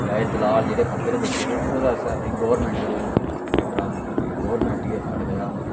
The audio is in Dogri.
जां एह् दलाल जेह्ड़े खंदे न बिच्च ओह्दे असेंगी गौरमैंट अग्गे प्रार्थना करनी कि गौरमैंट गै साढ़े कशा